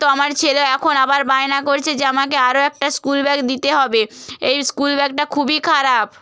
তো আমার ছেলে এখন আবার বায়না করছে যে আমাকে আরও একটা স্কুল ব্যাগ দিতে হবে এই স্কুল ব্যাগটা খুবই খারাপ